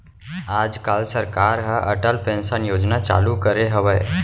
आज काल सरकार ह अटल पेंसन योजना चालू करे हवय